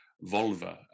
volva